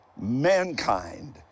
mankind